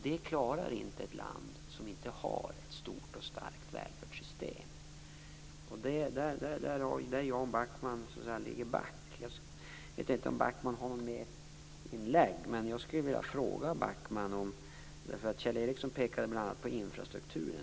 Det klarar inte ett land som inte har ett stort och starkt välfärdssystem. Det är i dessa sammanhang som Jan Backmans resonemang så att säga går back. Jag vet inte om Jan Backman har rätt till något mera inlägg, men jag skulle vilja ställa en fråga till honom. Kjell Ericsson pekade bl.a. på infrastrukturen.